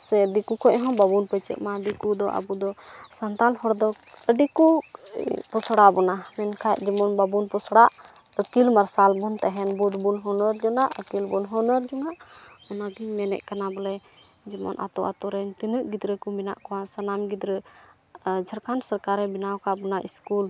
ᱥᱮ ᱫᱤᱠᱩ ᱠᱷᱚᱱ ᱦᱚᱸ ᱵᱟᱵᱚᱱ ᱯᱟᱹᱪᱟᱹᱜ ᱢᱟ ᱫᱤᱠᱩ ᱫᱚ ᱟᱵᱚ ᱫᱚ ᱥᱟᱱᱛᱟᱲ ᱦᱚᱲ ᱫᱚ ᱟᱹᱰᱤ ᱠᱚ ᱯᱚᱥᱲᱟ ᱵᱚᱱᱟ ᱢᱮᱱᱠᱷᱟᱱ ᱡᱮᱢᱚᱱ ᱵᱟᱵᱚᱱ ᱯᱚᱥᱲᱟᱜ ᱟᱹᱠᱤᱞ ᱢᱟᱨᱥᱟᱞ ᱵᱚᱱ ᱛᱟᱦᱮᱱ ᱟᱵᱚᱱ ᱵᱩᱫᱷ ᱵᱚᱱ ᱦᱩᱱᱟᱹᱨ ᱡᱚᱱᱟᱜ ᱟᱹᱠᱤᱞ ᱵᱚᱱ ᱦᱩᱱᱟᱹᱨ ᱡᱚᱱᱟᱜ ᱚᱱᱟᱜᱤᱧ ᱢᱮᱱᱮᱫ ᱠᱟᱱᱟ ᱵᱚᱞᱮ ᱡᱮᱢᱚᱱ ᱟᱹᱛᱩ ᱟᱹᱛᱩ ᱨᱮ ᱛᱤᱱᱟᱹᱜ ᱜᱤᱫᱽᱨᱟᱹ ᱠᱚ ᱢᱮᱱᱟᱜ ᱠᱚᱣᱟ ᱥᱟᱱᱟᱢ ᱜᱤᱫᱽᱨᱟᱹ ᱡᱷᱟᱲᱠᱷᱚᱸᱰ ᱥᱚᱨᱠᱟᱨᱮ ᱵᱮᱱᱟᱣ ᱟᱠᱟᱫ ᱵᱚᱱᱟ ᱥᱠᱩᱞ